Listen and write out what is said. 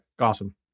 awesome